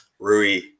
Rui